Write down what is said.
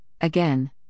again